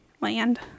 land